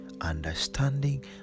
understanding